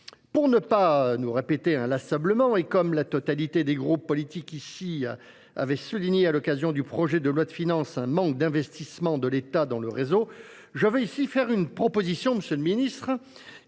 Pour ne pas nous répéter inlassablement, et comme la totalité des groupes politiques ici avaient souligné à l'occasion du projet de loi de finances un manque d'investissement de l'État dans le réseau, je vais ici faire une proposition, Monsieur le Ministre,